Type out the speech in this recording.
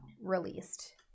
released